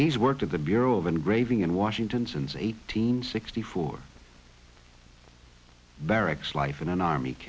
he's worked at the bureau of engraving in washington since eighteen sixty four barracks life in an army